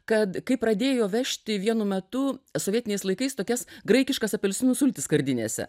kad kai pradėjo vežti vienu metu sovietiniais laikais tokias graikiškas apelsinų sultis skardinėse